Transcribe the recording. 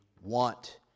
want